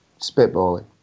spitballing